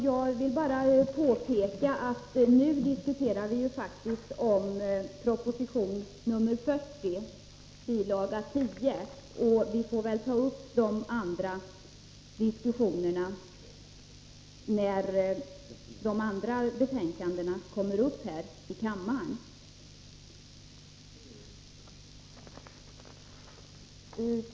Jag vill bara påpeka att vi nu faktiskt diskuterar proposition 40 bil. 10. Vi får väl ta upp diskussionen på övriga punkter när betänkandena kommer upp här i kammaren.